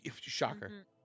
Shocker